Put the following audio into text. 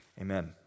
Amen